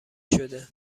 شده